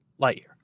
Lightyear